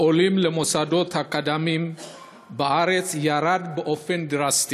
העולים למוסדות אקדמיים בארץ ירד באופן דרסטי.